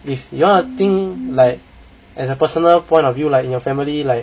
if you want to think like as a personal point of view like in your family like